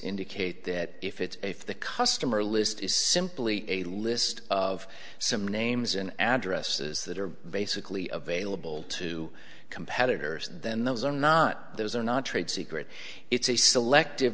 indicate that if it's if the customer list is simply a list of some names and addresses that are basically available to competitors then those are not those are not trade secret it's a selective